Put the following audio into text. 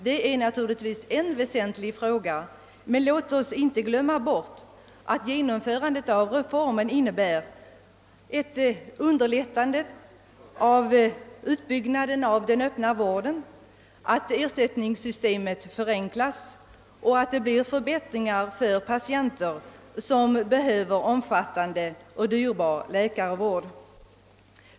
Det är naturligtvis en väsentlig fråga, men låt oss inte glömma bort att genomförandet av reformen innebär ett underlättande av utbyggnaden av den öppna vården, en förenkling av ersättningssystemet och en förbättring främst för patienter som behöver omfattande och dyrbar läkarvård.